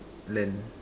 land